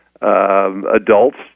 Adults